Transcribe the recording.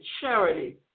charity